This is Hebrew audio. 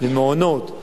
למעונות,